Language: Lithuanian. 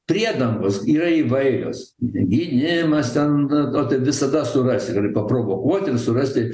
priedangos yra įvairios gynimas ten nu tai visada surasi ir paprovokuot ir surasti